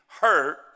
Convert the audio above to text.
hurt